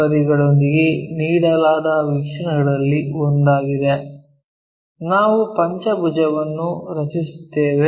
ಬದಿಗಳೊಂದಿಗೆ ನೀಡಲಾದ ವೀಕ್ಷಣೆಗಳಲ್ಲಿ ಒಂದಾಗಿದೆ ನಾವು ಪಂಚಭುಜವನ್ನು ರಚಿಸುತ್ತೇವೆ